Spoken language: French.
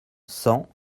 cent